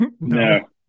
No